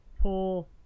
pull